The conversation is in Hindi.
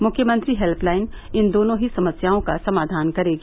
मुख्यमंत्री हेल्पलाइन इन दोनों ही समस्याओं का समाधान करेगी